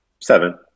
Seven